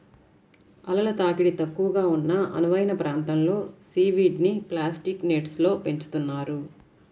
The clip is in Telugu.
అలల తాకిడి తక్కువగా ఉన్న అనువైన ప్రాంతంలో సీవీడ్ని ప్లాస్టిక్ నెట్స్లో పెంచుతున్నారు